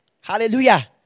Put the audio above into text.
Hallelujah